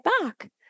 back